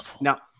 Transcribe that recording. Now